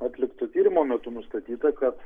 atlikto tyrimo metu nustatyta kad